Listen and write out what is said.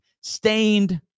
Stained